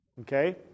Okay